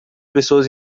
pessoas